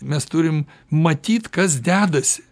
mes turim matyt kas dedasi